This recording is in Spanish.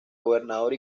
gobernador